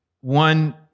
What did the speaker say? one